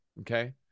Okay